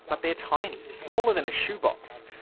but they're tiny smaller than a shoebox.